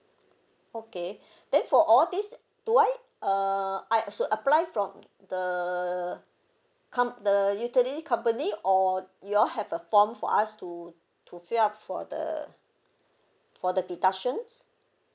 okay then for all these do I uh I should apply from the com~ the utility company or you all have a form for us to to fill up for the for the deductions